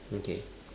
okay